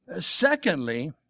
Secondly